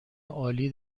عالی